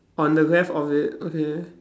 on the left of it okay